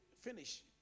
finish